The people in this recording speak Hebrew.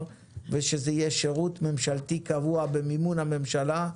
ושזה יהיה שירות ממשלתי קבוע במימון הממשלה.